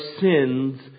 sins